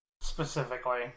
specifically